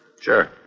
Sure